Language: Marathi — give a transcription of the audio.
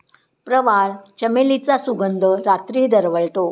प्रवाळ, चमेलीचा सुगंध रात्री दरवळतो